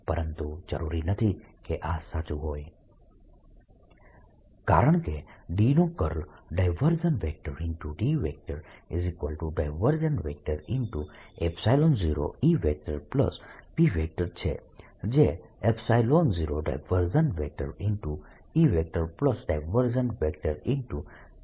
પરંતુ જરૂરી નથી કે આ સાચું હોય કારણકે D નો કર્લ D0EP છે જે 0EP ના બરાબર છે હવે આ 0 છે